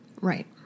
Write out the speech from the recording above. Right